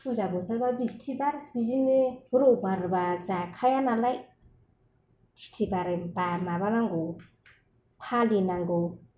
फुजा बोथोरब्ला बिस्तिबार बिदिनो रबिबारब्ला जाखाया नालाय तिथि बारायब्ला माबानांगौ फालिनांगौ